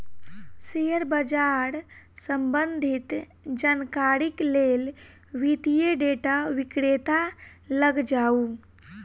share बाजार सम्बंधित जानकारीक लेल वित्तीय डेटा विक्रेता लग जाऊ